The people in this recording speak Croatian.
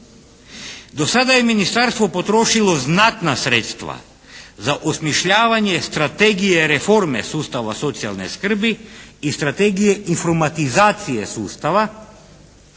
Do sada je ministarstvo potrošilo znatna sredstva za osmišljavanje strategije reforme sustava socijalne skrbi i strategije informatizacija sustava.